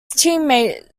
teammate